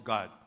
God